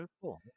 cool